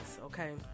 okay